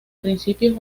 principios